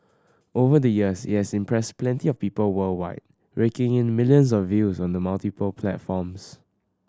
over the years it has impressed plenty of people worldwide raking in millions of views on the multiple platforms